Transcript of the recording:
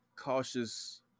cautious